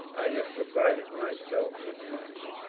i had provided myself with money,